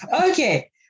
Okay